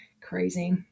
Crazy